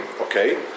okay